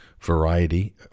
variety